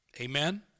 Amen